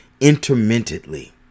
intermittently